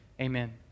Amen